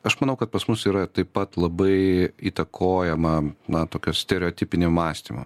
aš manau kad pas mus yra taip pat labai įtakojama na tokio stereotipinio mąstymo